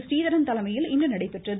ஸ்ரீதரன் தலைமையில் இன்று நடைபெற்றது